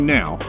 now